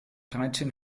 dreizehn